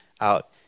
out